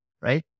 right